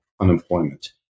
unemployment